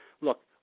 look